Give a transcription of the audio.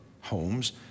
homes